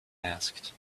asked